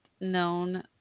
known